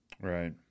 right